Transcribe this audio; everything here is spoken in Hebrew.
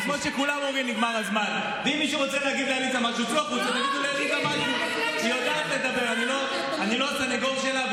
למה היא דיברה אליי, ואני על הדוכן?